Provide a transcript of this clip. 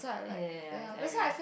ya ya ya it's Airy